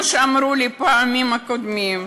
כמו שאמרו לי בפעמים הקודמות